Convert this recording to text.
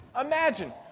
imagine